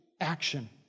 action